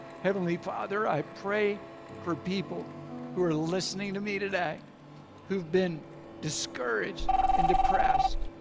heavenly father i pray for people who are listening to me today who've been discouraged and depressed.